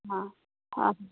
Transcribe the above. অঁ অঁ